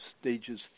stages